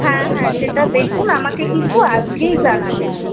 হ্যাঁ হ্যাঁ সেটা দেখুন আমাকে কিন্তু আজকেই জানাবেন